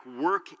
work